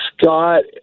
Scott